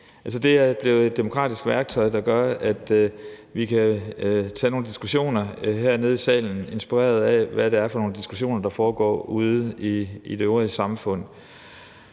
det er blevet et demokratisk værktøj, der gør, at vi kan tage nogle diskussioner hernede i salen inspireret af, hvad det er for nogle diskussioner, der foregår ude i det øvrige samfund.